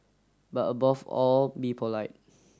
but above all be polite